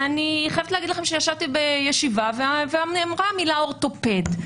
ואני חייבת להגיד לכם שישבתי בישיבה ונאמרה המילה אורתופד.